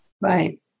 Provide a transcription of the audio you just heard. Right